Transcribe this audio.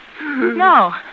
No